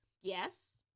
Yes